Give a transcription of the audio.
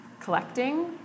collecting